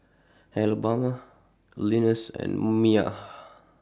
Alabama Linus and Mia